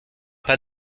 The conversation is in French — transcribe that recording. pas